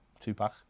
Tupac